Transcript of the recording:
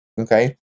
Okay